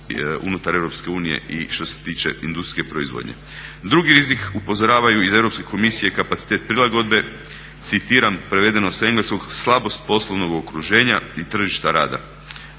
unutar EU i što se tiče industrijske proizvodnje. Na drugi rizik upozoravaju iz Europske komisije kapacitet prilagodbe, citiram prevedeno sa engleskog slabost poslovnog okruženja i tržišta rada